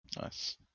Nice